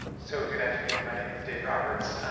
so good afternoon, my name is dave roberts,